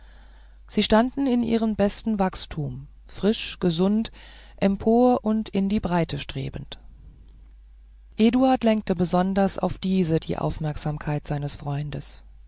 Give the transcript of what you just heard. sie stand in ihrem besten wachstum frisch gesund empor und in die breite strebend eduard lenkte besonders auf diese die aufmerksamkeit seines freundes